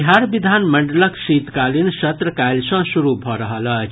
बिहार विधानमंडलक शीतकालीन सत्र काल्हि सॅ शुरू भऽ रहल अछि